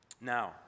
Now